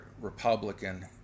Republican